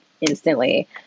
instantly